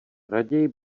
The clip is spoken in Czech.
raději